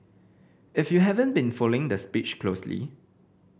if you haven't been following the speech closely